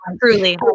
truly